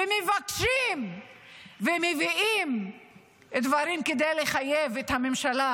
ומבקשים ומביאים דברים כדי לחייב את הממשלה